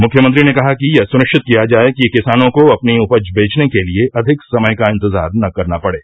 मुख्यमंत्री ने कहा कि यह सुनिश्चित किया जाये कि किसानों को अपनी उपज बेचने के लिये अधिक समय का इंतजार न करना पड़े